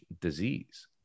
disease